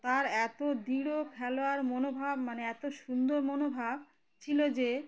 তার এত দৃঢ় খেলোয়ার মনোভাব মানে এত সুন্দর মনোভাব ছিল যে